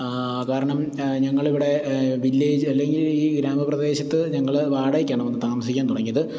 കാരണം ഞങ്ങളിവിടെ വില്ലേജ് അല്ലെങ്കില് ഈ ഗ്രാമപ്രദേശത്ത് ഞങ്ങള് വാടകയ്ക്കാണ് വന്ന് താമസിക്കാന് തുടങ്ങിയത്